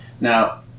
Now